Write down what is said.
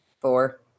Four